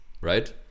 right